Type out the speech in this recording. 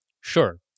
Sure